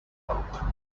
rope